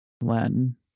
Latin